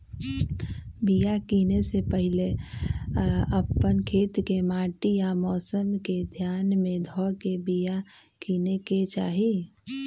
बिया किनेए से पहिले अप्पन खेत के माटि आ मौसम के ध्यान में ध के बिया किनेकेँ चाही